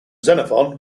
xenophon